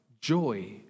joy